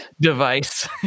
device